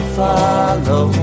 follow